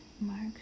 Mark